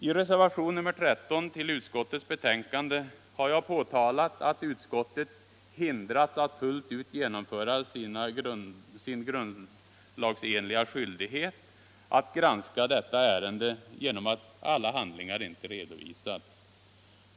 I reservationen 13 till utskottets betänkande har jag påtalat att utskottet hindrats att fullt ut genomföra sin grundlagsenliga skyldighet att granska detta ärende genom att alla handlingar inte redovisats.